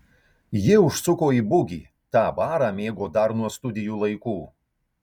ji užsuko į bugį tą barą mėgo dar nuo studijų laikų